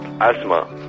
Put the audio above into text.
Asthma